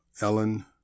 Ellen